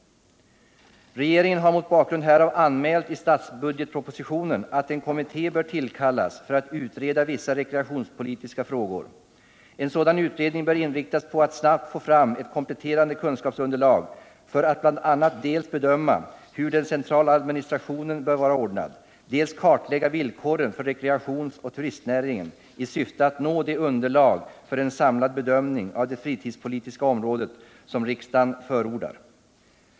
Regeringen har mot bakgrund härav anmält i budgetpropositionen att en kommitté bör tillkallas för att utreda vissa rekreationspolitiska frågor. En sådan utredning bör inriktas på att snabbt få fram ett kompletterande kunskapsunderlag för att dels bedöma hur den centrala administrationen bör vara ordnad, dels kartlägga villkoren för rekreationsoch turistnäringen i syfte att nå det underlag för en samlad bedömning av det fritidspolitiska området som riksdagen förordar.